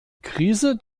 krise